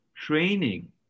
training